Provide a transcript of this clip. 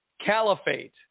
caliphate